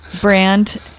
brand